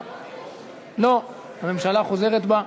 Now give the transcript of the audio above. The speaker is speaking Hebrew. הוא חלה במחלת לב.